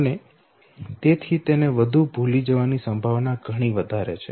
અને તેથી તેને વધુ ભૂલી જવાની સંભાવના ઘણી વધારે છે